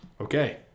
Okay